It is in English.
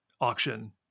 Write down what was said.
auction